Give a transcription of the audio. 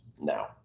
now